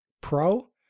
pro